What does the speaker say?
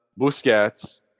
Busquets